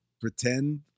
pretend